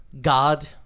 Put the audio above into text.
god